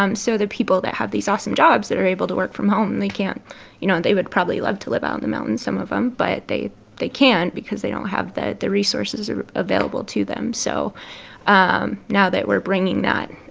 um so the people that have these awesome jobs that are able to work from home they can't you know, and they would probably love to live out in the mountains, some of them. but they they can't because they don't have the the resources available to them. so um now that we're bringing that,